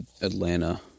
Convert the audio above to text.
Atlanta